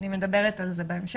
אני מדברת על זה בהמשך.